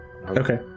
Okay